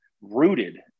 rooted